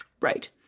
Right